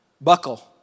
Buckle